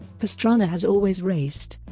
pastrana has always raced